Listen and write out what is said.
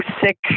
sick